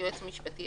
היועץ המשפטי,